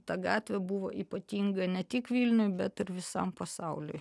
ta gatvė buvo ypatinga ne tik vilniui bet ir visam pasauliui